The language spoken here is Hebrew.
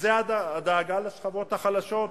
זאת הדאגה לשכבות החלשות?